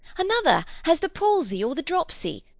another has the palsy or the dropsy,